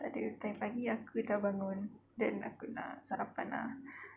takde tadi pagi aku try bangun then aku nak sarapan ah